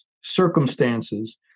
circumstances